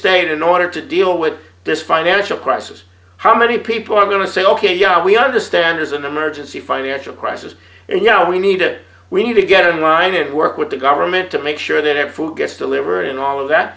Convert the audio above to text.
state in order to deal with this financial crisis how many people are going to say ok yeah we understand there's an emergency financial crisis and you know we need to we need to get in line and work with the government to make sure that everyone gets delivered and all of that